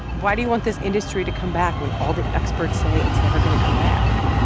why do you want this industry to come back when all the experts say it's never going to come back?